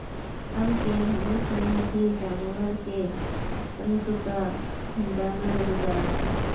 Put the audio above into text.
अबके धनुष में भी जानवर के तंतु क डालल जाला